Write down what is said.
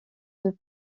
deux